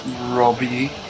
Robbie